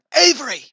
Avery